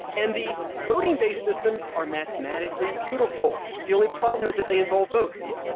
and the voting based systems are mathematically beautiful. the only problem is that they involve votes,